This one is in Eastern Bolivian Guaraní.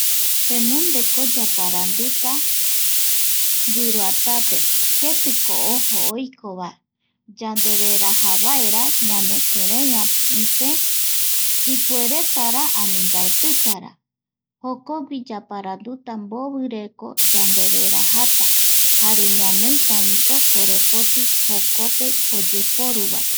Tenonde yaparanduta ,guiroatape ketiko ojo oikova, yandereraja vaera ñanekirei. Ape, ipueretara ani mbaetitara jokogui yaparanduta mbovireko yadererejatavae jare, ñanoitaviko korepoti jokope oyeporuvae